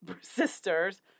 sisters